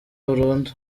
burundu